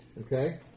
Okay